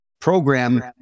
program